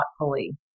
thoughtfully